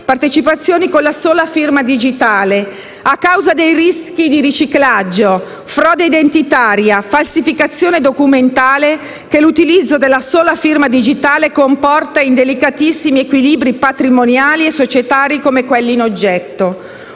partecipazioni con la sola firma digitale, a causa dei rischi di riciclaggio, frode identitaria, falsificazione documentale, che l'utilizzo della sola firma digitale comporta in delicatissimi equilibri patrimoniali e societari come quelli in oggetto.